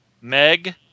Meg